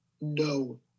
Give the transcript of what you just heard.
No